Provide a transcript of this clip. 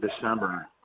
december